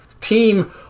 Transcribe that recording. team